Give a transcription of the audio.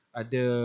ada